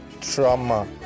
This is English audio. trauma